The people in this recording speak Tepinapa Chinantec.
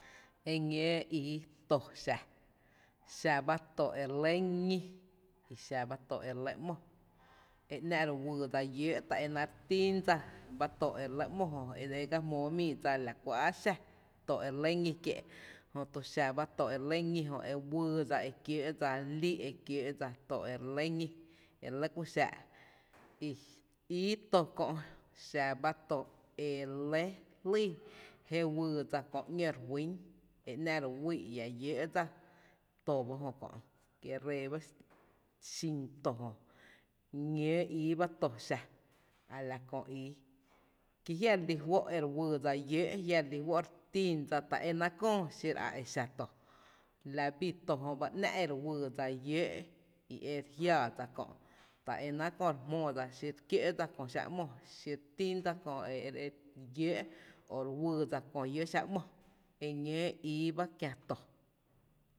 E ñǿǿ ii to xa, xa ba to ere lɇ ñí i xa bá to e re lɇ ‘mo, e ‘nⱥ’ re wyydsa lló’ ta e náá’ re tín dsa ba to ere lɇ ‘mo e ga jmóó mii dsa la kú a xá kö e re lɇ ñí kié’ jö tu xa bá to ere lɇ ñí jö e wyy dsa e kióó’ dsa lí, e kióó’ dsa o e re lɇ ñí e re lɇ ku xáá’ i, ii tó kö’ xa ba to e re lɇ jlýý je wyy dsa kö ‘ñó re juýn e ‘nⱥ’ re wýý’ lla llóó’ dsa, to ba jö kö’ kie’ ree ba xin to jö, ñóó ii ba to xa la kö ii kí jia’ re lí fó’ e re wyy dsa llóó’, jia’ re lí fó’ re tín dsa ta e náá’ köö xiro a exa to la bii to jö ba ‘nⱥ’ e re wyydsa llóó’ i e re jiaa dsa kö’ ta é náá’ kö re jmóó dsa xi re kió’ dsa kö xáá’ ´mo, xíre tín dsa kö e re (hesitqation) e re llóó’ o re wyy dsa kö llóó’ xá’ ‘mo, e ñóó ii ba kiä to.